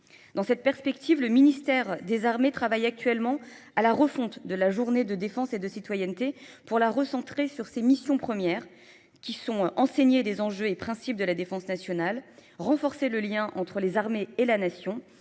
Dans cette perspective, le ministère des Armées travaille actuellement à la refonte de la journée de défense et de citoyenneté pour la recentrer sur ses missions premières, qui sont enseignés des enjeux et principes de la défense nationale, renforcer le lien entre les armées et la nation,